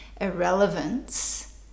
irrelevance